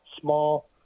small